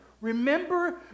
Remember